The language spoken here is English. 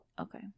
Okay